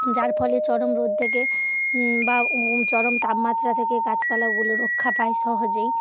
যার ফলে চরম রোদ থেকে বা চরম তাপমাত্রা থেকে গাছপালাগুলো রক্ষা পায় সহজেই